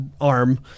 arm